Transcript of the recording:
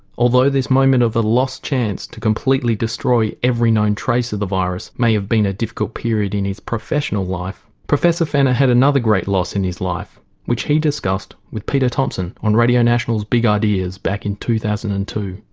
although this moment of a lost chance to completely destroy every known trace of the virus may have been a difficult period in his professional life professor fenner had another great loss in his life which he discussed with peter thompson on radio national's big ideas back in two thousand and two.